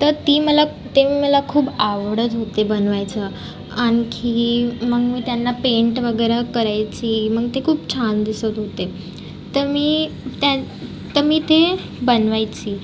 तर ती मला ते मला खूप आवडत होते बनवायचं आणखी मग मी त्यांना पेंट वगैरे करायची मग ते खूप छान दिसत होते तर मी त्यां तर मी ते बनवायची